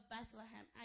Bethlehem